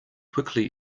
quickly